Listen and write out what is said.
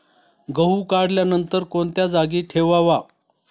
गहू काढल्यानंतर कोणत्या जागी ठेवावा?